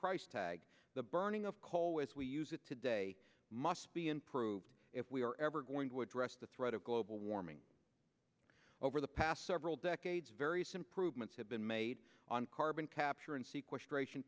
price tag the burning of coal as we use it today must be improved if we are ever going to address the threat of global warming over the past several decades various improvements have been made on carbon capture and sequestration